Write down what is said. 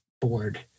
board